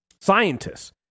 scientists